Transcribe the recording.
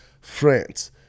France